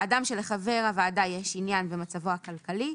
אדם שלחבר הוועדה יש עניין במצבו הכלכלי,